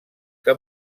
que